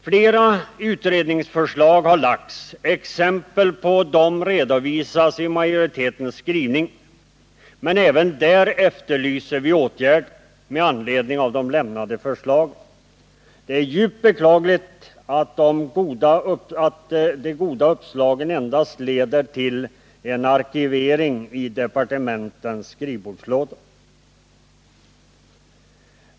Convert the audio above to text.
Flera utredningsförslag har framlagts — exempel på dem redovisas i majoritetens skrivning — men även där efterlyser vi åtgärder med anledning av lämnade förslag. Det är djupt beklagligt att de goda uppslagen endast leder till arkivering i departementens skrivbordslådor.